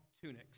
tunics